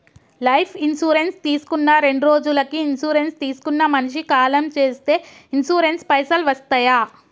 Life insurance తీసుకున్న రెండ్రోజులకి insurance తీసుకున్న మనిషి కాలం చేస్తే ఇన్సూరెన్స్ పైసల్ వస్తయా?